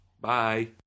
Bye